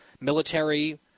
military